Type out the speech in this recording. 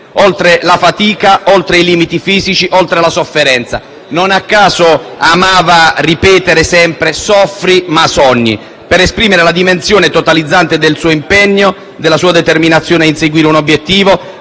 oltre la fatica, oltre i limiti fisici, oltre la sofferenza. Non a caso amava ripetere sempre le parole: «soffri ma sogni» per esprimere la dimensione totalizzante del suo impegno, della sua determinazione a inseguire un obiettivo